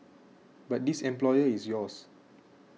but this employer is yours